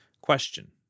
Question